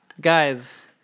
Guys